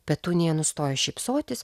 petunija nustojo šypsotis